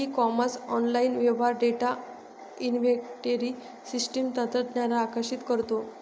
E commerce online व्यवहार data inventory system तंत्रज्ञानावर आकर्षित करतो